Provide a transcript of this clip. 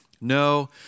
No